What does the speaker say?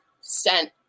sent